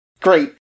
Great